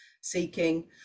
seeking